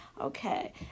Okay